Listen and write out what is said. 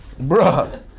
Bruh